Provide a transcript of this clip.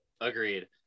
Agreed